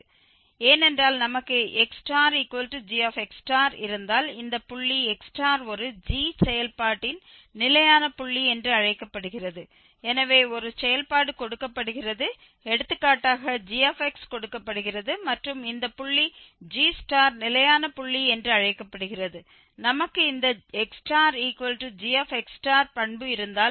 ஏனென்றால் நமக்கு xgx இருந்தால் இந்த புள்ளி x ஒரு g செயல்பாட்டின் நிலையான புள்ளி என்று அழைக்கப்படுகிறது எனவே ஒரு செயல்பாடு கொடுக்கப்படுகிறது எடுத்துக்காட்டாக g கொடுக்கப்படுகிறது மற்றும் இந்த புள்ளி x நிலையான புள்ளி என்று அழைக்கப்படுகிறது நமக்கு இந்த xgx பண்பு இருந்தால்